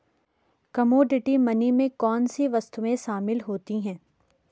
Commodity money में कौन सी वस्तुएं शामिल होती हैं?